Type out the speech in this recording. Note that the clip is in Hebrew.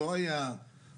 הוא לא היה מוגן,